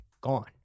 gone